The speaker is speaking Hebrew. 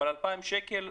אבל 2,000 שקלים,